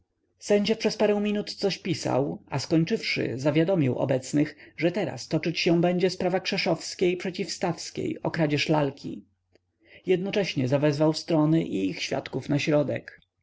przez parę minut coś pisał a skończywszy zawiadomił obecnych że teraz toczyć się będzie sprawa krzeszowskiej przeciw stawskiej o kradzież lalki jednocześnie zawezwał strony i ich świadków na środek